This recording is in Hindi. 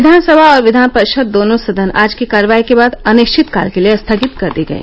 विधानसभा अउर विधान परिषद दोनों सदन आज की कार्यवाही के बाद अनिश्चितकाल के लिये स्थगित कर दी गयी